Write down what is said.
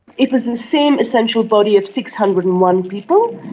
it was the same essential body of six hundred and one people.